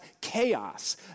chaos